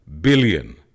billion